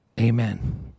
Amen